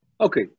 Okay